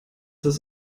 das